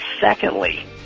Secondly